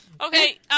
Okay